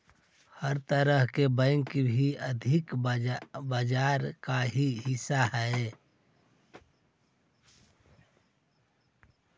हर तरह के बैंक भी आर्थिक बाजार का ही हिस्सा हइ